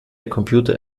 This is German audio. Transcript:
computer